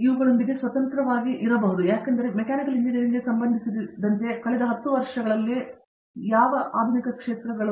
ಪ್ರತಾಪ್ ಹರಿಡೋಸ್ ಆದ್ದರಿಂದ ಅದರೊಂದಿಗೆ ಸ್ವತಂತ್ರವಾಗಿ ಸಹ ಇರಬಹುದು ಯಾಕೆಂದರೆ ಮೆಕ್ಯಾನಿಕಲ್ ಇಂಜಿನಿಯರಿಂಗ್ಗೆ ಸಂಬಂಧಿಸಿರುವ ಕಳೆದ 10 ವರ್ಷಗಳು ಹೇಳುವಲ್ಲಿ ಆಧುನಿಕ ಕ್ಷೇತ್ರಗಳ